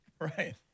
Right